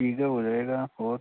ठीक है हो जाएगा और